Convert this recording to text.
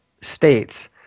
states